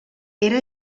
era